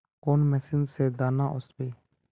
कौन मशीन से दाना ओसबे?